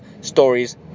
stories